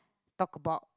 talk about